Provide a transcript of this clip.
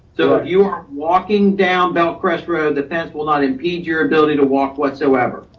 so if you are walking down bellcrest road, that fence will not impede your ability to walk whatsoever.